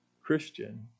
Christian